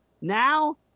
Now –